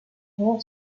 all